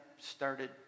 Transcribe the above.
started